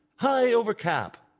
hie over cap!